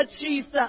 Jesus